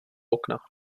okna